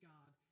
God